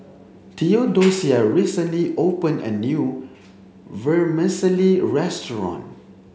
Theodocia recently opened a new vermicelli restaurant